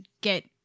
get